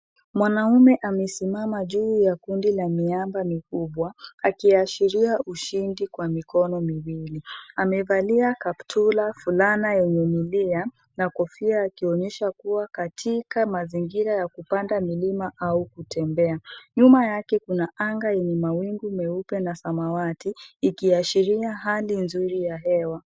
Mwanaume amesimama juu ya kundi la miamba mikubwa akiashiria ushindi kwa mikono miwili. Amevalia kaptula, fulana yenye milia na kofia akionyesha kuwa katika mazingira ya kupanda milima au kutembea. Nyuma yake kuna angaa yenye mawingu meupe na samawati ikiashiria hali nzuri ya hewa.